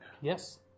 Yes